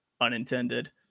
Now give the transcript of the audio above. unintended